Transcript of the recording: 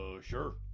sure